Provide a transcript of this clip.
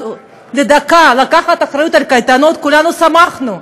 לדקה, לקחת אחריות לקייטנות, כולנו שמחנו.